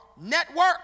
network